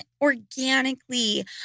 organically